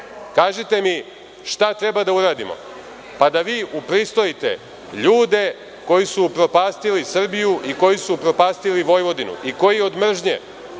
- šta treba da uradimo, pa da vi upristojite ljude koji su upropastili Srbiju i koji su upropastili Vojvodinu i koji od mržnje